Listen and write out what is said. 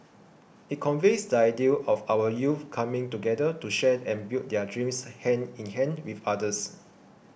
it conveys the ideal of our youth coming together to share and build their dreams hand in hand with others